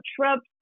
shrubs